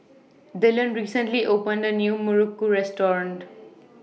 Dylan recently opened A New Muruku Restaurant